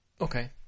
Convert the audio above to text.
Okay